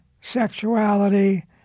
sexuality